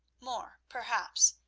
more perhaps,